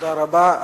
תודה רבה.